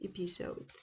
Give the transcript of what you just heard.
episode